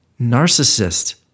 narcissist